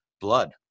blood